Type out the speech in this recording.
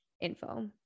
info